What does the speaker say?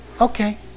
Okay